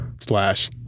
Slash